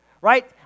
right